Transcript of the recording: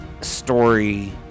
story